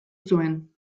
zuen